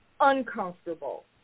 uncomfortable